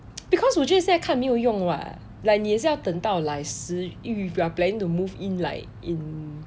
because 我觉得现在看没有用 [what] like 你也是要等到 like 十一 if you are planning to move in like in and